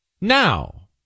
Now